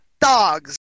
dogs